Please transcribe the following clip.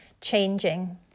changing